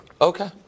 Okay